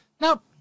Nope